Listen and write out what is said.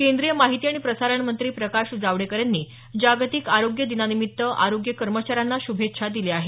केंद्रीय माहिती आणि प्रसारण मंत्री प्रकाश जावडेकर यांनी जागतिक आरोग्य दिनानिमित्त आरोग्य कर्मचाऱ्यांना शुभेच्छा दिल्या आहेत